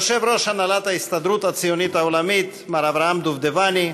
יושב-ראש הנהלת ההסתדרות הציונית העולמית מר אברהם דובדבני,